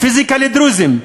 פיזיקה לדרוזים,